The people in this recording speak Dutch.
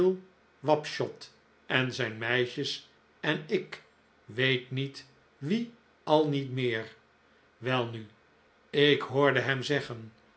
wapshot en zijn meisjes en ik weet niet wie al niet meer welnu ik hoorde hem zeggen